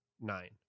Nine